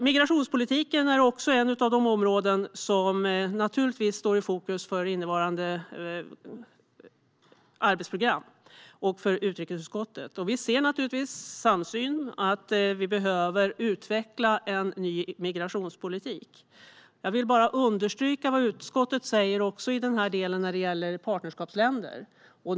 Migrationspolitiken är också ett av de områden som står i fokus för innevarande arbetsprogram och för utrikesutskottet. Vi har en samsyn om att man behöver utveckla en ny migrationspolitik. Jag vill också understryka vad utskottet uttalar när det gäller partnerskapsländer.